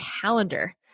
calendar